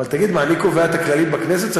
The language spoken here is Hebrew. אבל תגיד, מה, אני קובע את הכללים בכנסת?